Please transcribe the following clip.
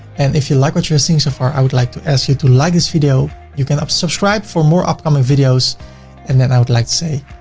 and if you like what you're seeing so far, i would like to ask you to like this video, you can subscribe for more upcoming videos and then i would like to say,